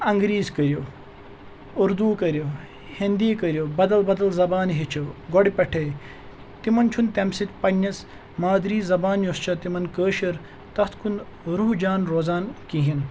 انٛگریٖز کٔرِو اُردو کٔرِو ہِندی کٔرِو بَدَل بَدَل زَبان ہیٚچھِو گۄڈٕ پٮ۪ٹھَے تِمَن چھُنہٕ تَمہِ سۭتۍ پنٛنِس مادری زَبان یۄس چھےٚ تِمَن کٲشُر تَتھ کُن رُوح جان روزان کِہیٖنۍ